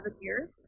years